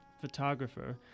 photographer